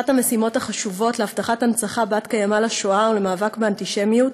אחת המשימות החשובות בהבטחת הנצחה בת-קיימא של השואה ובמאבק באנטישמיות